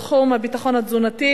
בתחום הביטחון התזונתי,